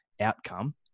outcome